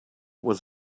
was